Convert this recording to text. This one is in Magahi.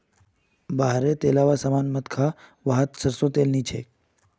बाहर रे तेलावा सामान मत खा वाहत सरसों तेल नी छे